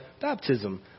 baptism